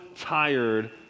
tired